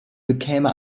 bekäme